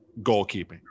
goalkeeping